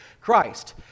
christ